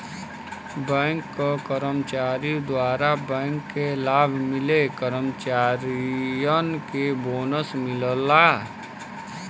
bank क कर्मचारी द्वारा बैंक के लाभ मिले कर्मचारियन के बोनस मिलला